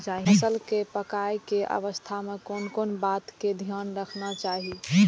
फसल के पाकैय के अवस्था में कोन कोन बात के ध्यान रखना चाही?